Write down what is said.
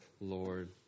Lord